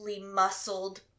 muscled